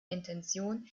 intention